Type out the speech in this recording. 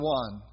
one